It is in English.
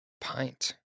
Pint